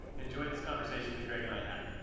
enjoy this conversation that greg and i had.